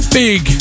big